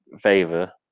favor